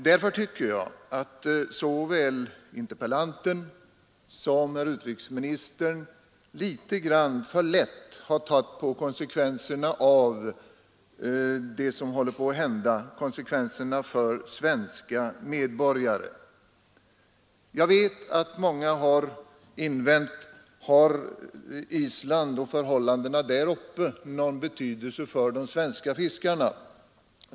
Därför tycker jag att såväl interpellanten som herr utrikesministern har tagit litet grand för lätt på konsekvenserna för svenska medborgare av det som håller på att hända. Jag vet att många har invänt: Har förhållandena uppe vid Island någon betydelse för de svenska fiskarna?